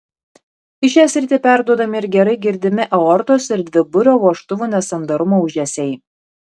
į šią sritį perduodami ir gerai girdimi aortos ir dviburio vožtuvų nesandarumo ūžesiai